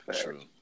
True